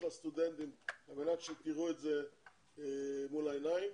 הסטודנטים על מנת שתראו את זה מול העיניים